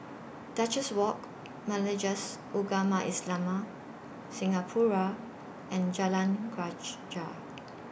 Duchess Walk Majlis Ugama Islam Singapura and Jalan Greja